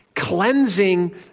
Cleansing